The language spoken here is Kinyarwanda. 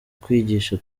kwigisha